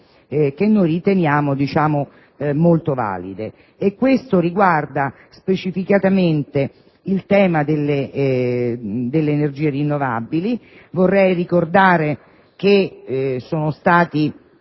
che riteniamo molto valide. Ciò riguarda specificamente il tema delle energie rinnovabili: vorrei ricordare che sono state